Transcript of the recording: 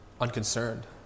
unconcerned